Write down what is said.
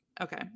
okay